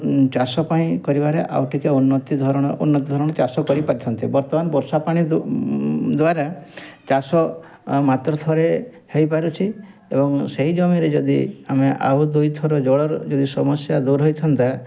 ଚାଷ ପାଇଁ କରିବାରେ ଆଉ ଟିକେ ଉନ୍ନତ୍ତି ଧରଣ ଉନ୍ନତ୍ତି ଧରଣ ଚାଷ କରି ପାରିଥାନ୍ତେ ବର୍ତ୍ତମାନ ବର୍ଷା ପାଣି ଦ୍ଵାରା ଚାଷ ମାତ୍ର ଥରେ ହେଇ ପାରୁଛି ଏବଂ ସେଇ ଜମି ରେ ଯଦି ଆମେ ଆଉ ଦୁଇ ଥର ଜଳର ଯଦି ସମସ୍ୟା ଦୂର ହେଇଥାନ୍ତା